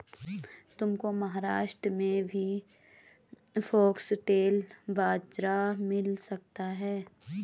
तुमको महाराष्ट्र में भी फॉक्सटेल बाजरा मिल सकता है